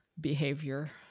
Behavior